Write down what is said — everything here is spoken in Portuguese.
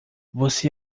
você